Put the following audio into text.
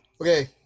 Okay